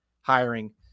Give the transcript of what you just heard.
hiring